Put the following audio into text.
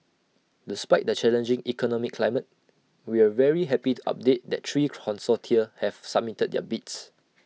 despite the challenging economic climate we're very happy to update that three consortia have submitted their bids